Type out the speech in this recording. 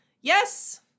Yes